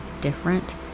different